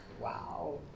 Wow